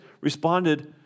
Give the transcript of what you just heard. responded